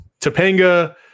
Topanga